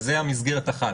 אבל מסגרת אחת,